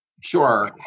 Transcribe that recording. Sure